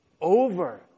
over